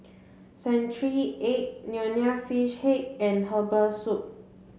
century egg nonya fish head and herbal soup